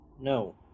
No